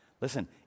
Listen